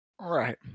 Right